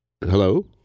Hello